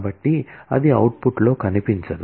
కాబట్టి అది అవుట్పుట్లో కనిపించదు